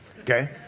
okay